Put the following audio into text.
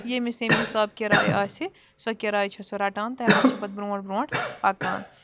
ییٚمِس ییٚمہِ حساب کِراے آسہِ سۄ کِراے چھےٚ سۄ رَٹان تَمہِ پَتہٕ چھےٚ پَتہٕ برٛونٛٹھ برٛونٛٹھ پَکان